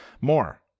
More